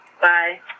Bye